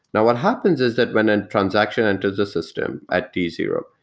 now, what happens is that when a transaction enters the system at t zero,